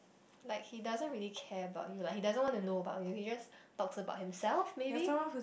like he doesn't really care about you like he doesn't want to know about you he just talks about himself maybe